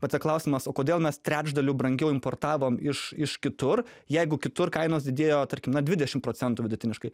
vat ir klausimas o kodėl mes trečdaliu brangiau importavom iš iš kitur jeigu kitur kainos didėjo tarkim na dvidešim procentų vidutiniškai